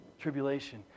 tribulation